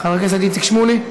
חבר הכנסת איציק שמולי,